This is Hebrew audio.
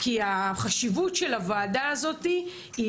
כי החשיבות של הוועדה הזאתי,